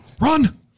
run